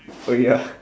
oh ya